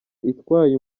itwaye